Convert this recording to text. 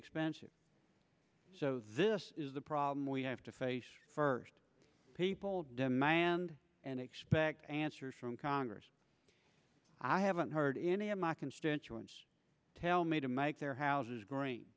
expensive so this is the problem we have to face first people demand and expect answers from congress i haven't heard any of my constituents tell me to make their houses green